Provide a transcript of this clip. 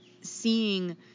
seeing